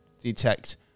detect